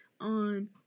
on